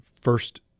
first